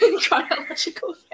chronological